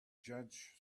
judge